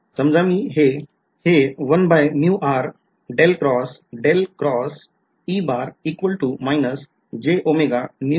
समजा मी हे असं करतोय